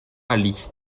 ali